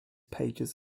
pages